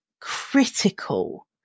critical